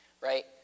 right